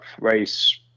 race